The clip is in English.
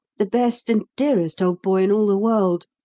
the best and dearest old boy in all the world!